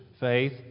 faith